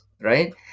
right